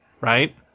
right